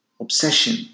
Obsession